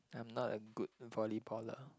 I'm not a good volleyballer